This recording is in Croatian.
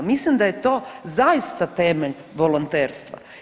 Mislim da je to zaista temelj volonterstva.